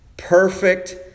perfect